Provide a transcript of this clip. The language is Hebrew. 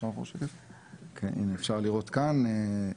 אפשר לראות כאן.